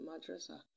Madrasa